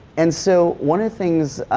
and, so, one of the things,